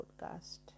podcast